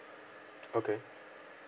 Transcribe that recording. okay